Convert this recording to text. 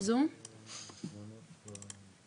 וגם דורסי